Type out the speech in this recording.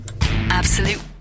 Absolute